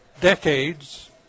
decades